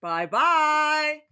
Bye-bye